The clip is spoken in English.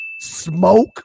Smoke